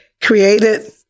created